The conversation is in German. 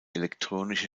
elektronische